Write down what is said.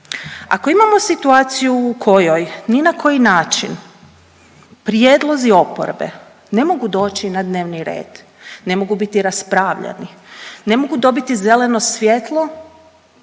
Ako imamo situaciju u kojoj ni na koji način prijedlozi oporbe ne mogu doći na dnevni red, ne mogu biti raspravljani, ne mogu dobiti zeleno svjetlo,